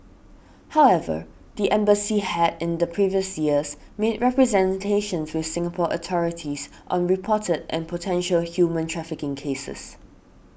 however the embassy had in the previous years made representations with Singapore authorities on reported and potential human trafficking cases